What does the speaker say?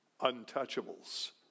untouchables